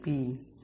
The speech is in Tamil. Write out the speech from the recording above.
cpp